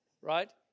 right